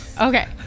okay